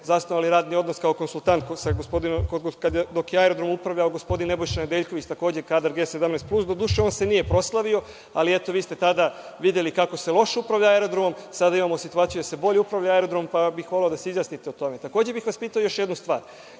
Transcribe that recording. zasnovali radni odnos kao konsultant, dok je aerodromom upravljao gospodin Nebojša Nedeljković, takođe kadar G17 plus. Do duše, on se nije proslavio, ali eto vi ste tada videli kako se loše upravlja aerodromom. Sada imamo situaciju da se bolje upravlja aerodrom, pa bih voleo da se izjasnite o tome. Takođe, bih vas pitao još jednu stvar.